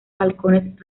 balcones